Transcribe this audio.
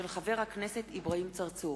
הצעה של חבר הכנסת אברהים צרצור.